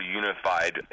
unified